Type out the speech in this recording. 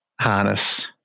harness